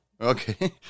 okay